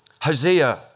Hosea